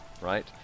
right